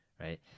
right